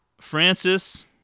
Francis